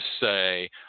say